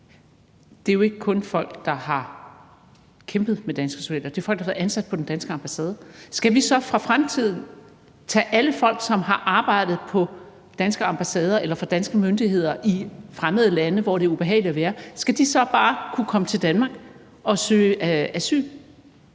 Det er jo ikke kun folk, der har kæmpet med danske soldater, det er folk, der har været ansat på den danske ambassade. Skal vi så for fremtiden tage alle folk, som har arbejdet på danske ambassader eller for danske myndigheder i fremmede lande, hvor det er ubehageligt at være, til Danmark, hvor de kan søge asyl?